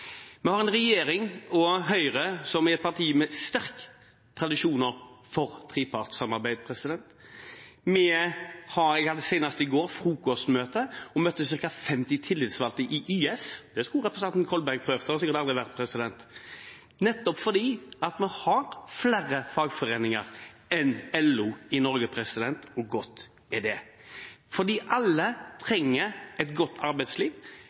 Vi har i regjering Høyre, som er et parti med sterke tradisjoner for trepartssamarbeid. Jeg hadde senest i går frokostmøte med ca. 50 tillitsvalgte i YS – det skulle representanten Kolberg ha prøvd, det har han sikkert aldri vært på – nettopp fordi vi har flere fagforeninger i Norge enn LO, og godt er det. Alle trenger et godt arbeidsliv.